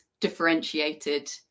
differentiated